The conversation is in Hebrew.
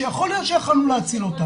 שיכול להיות שהיינו יכולים להציל.